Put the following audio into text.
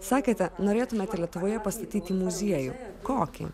sakėte norėtumėte lietuvoje pastatyti muziejų kokį